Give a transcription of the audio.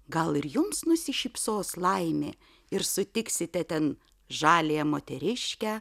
gal ir jums nusišypsos laimė ir sutiksite ten žaliąją moteriškę